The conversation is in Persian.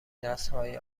نسلهای